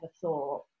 thought